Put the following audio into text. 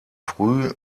früh